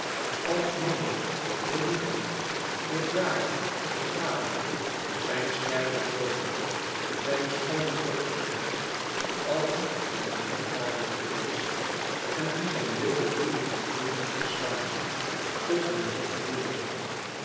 alkmene de moeder megara de gade zijn sterke zonen zijne schoone dochteren allen die hem lief waren geweest en die zijn wilde woede verblind had verslagen tot hun bloed vloeide